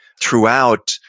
throughout